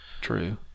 True